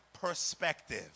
perspective